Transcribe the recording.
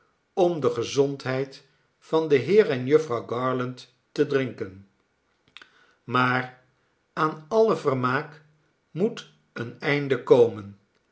om de gezondheid van den heer en jufvrouw garland te drinken maar aan alle vermaak moet een einde komen